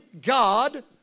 God